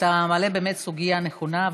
אתה מעלה באמת סוגיה נכונה,